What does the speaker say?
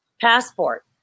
passport